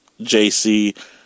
JC